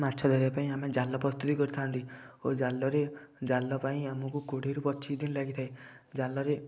ମାଛ ଧରିବା ପାଇଁ ଆମେ ଜାଲ ପ୍ରସ୍ତୁତି କରିଥାନ୍ତି ଓ ଜାଲରେ ଜାଲ ପାଇଁ ଆମକୁ କୋଡ଼ିଏରୁ ପଚିଶ ଦିନ ଲାଗିଥାଏ ଜାଲରେ